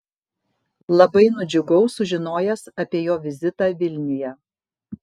labai nudžiugau sužinojęs apie jo vizitą vilniuje